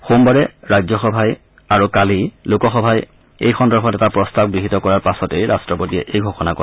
সোমবাৰে ৰাজ্যসভাই আৰু কালি লোকসভাই এই সন্দৰ্ভত এটা প্ৰস্তাৱ গৃহীত কৰাৰ পাছতেই ৰট্টপতিয়ে এই ঘোষণা কৰে